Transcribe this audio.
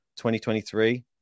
2023